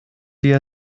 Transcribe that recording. wir